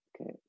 Okay